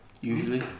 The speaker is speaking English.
Usually